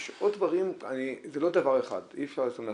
יש עוד דברים, זה לא דבר אחד, אי אפשר להסתמך.